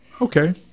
Okay